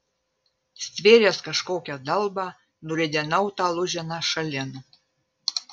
stvėręs kažkokią dalbą nuridenau tą lūženą šalin